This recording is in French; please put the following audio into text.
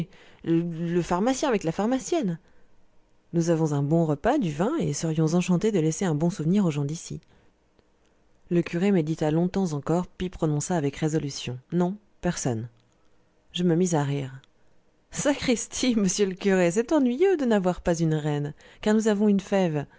le pharmacien avec la pharmacienne nous avons un bon repas du vin et serions enchantés de laisser un bon souvenir aux gens d'ici le curé médita longtemps encore puis prononça avec résolution non personne je me mis à rire sacristi monsieur le curé c'est ennuyeux de n'avoir pas une reine car nous avons une fève